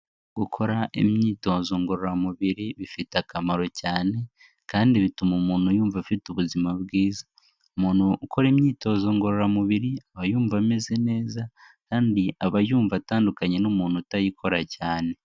Gukora imyitozo ngororamubiri bifite akamaro cyane kandi bituma umuntu yumva afite ubuzima bwiza. Umuntu ukora imyitozo ngororamubiri aba yumva ameze neza kandi aba yumva atandukanye n'umuntu utayikora cyane.